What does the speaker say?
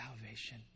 salvation